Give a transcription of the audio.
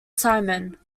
simon